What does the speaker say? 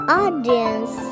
audience